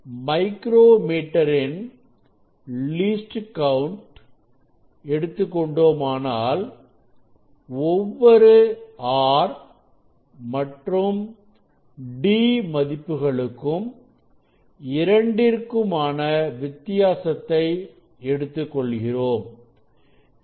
micro metre இன் least count எடுத்துக் கொண்டோமானால் ஒவ்வொரு R மற்றும் d மதிப்புகளுக்கும் இரண்டிற்குமான வித்தியாசத்தை எடுத்துக் கொள்கிறோம் இதனால்